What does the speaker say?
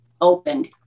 opened